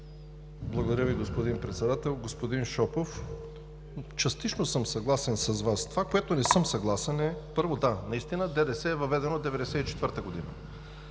Благодаря Ви, господин Председател. Господин Шопов, частично съм съгласен с Вас. Това, което не съм съгласен, е: първо – да, наистина ДДС е въведено 1994 г.